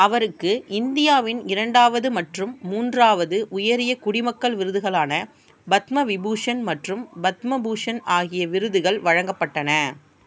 அவருக்கு இந்தியாவின் இரண்டாவது மற்றும் மூன்றாவது உயரிய குடிமக்கள் விருதுகளான பத்ம விபூஷண் மற்றும் பத்ம பூஷண் ஆகிய விருதுகள் வழங்கப்பட்டன